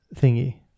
thingy